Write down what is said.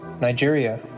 nigeria